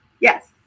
Yes